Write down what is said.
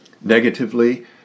Negatively